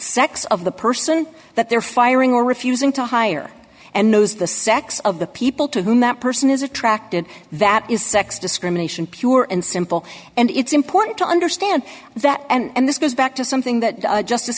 sex of the person that they're firing or refusing to hire and knows the sex of the people to whom that person is attracted that is sex discrimination pure and simple and it's important to understand that and this goes back to something that justice